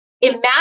Imagine